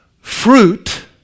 fruit